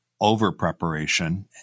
over-preparation